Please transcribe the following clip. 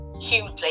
hugely